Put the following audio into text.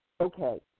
okay